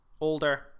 older